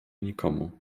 nikomu